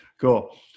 Cool